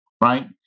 right